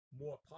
more